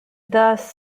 thus